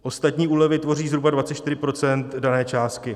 Ostatní úlevy tvoří zhruba 24 % dané částky.